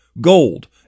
gold